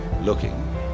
looking